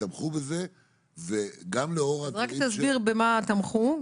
רק תסביר במה תמכו.